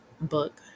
book